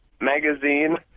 magazine